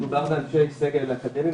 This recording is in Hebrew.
מדובר באנשי סגל אקדמי.